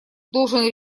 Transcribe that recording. должен